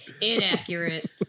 Inaccurate